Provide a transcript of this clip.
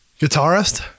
guitarist